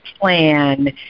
plan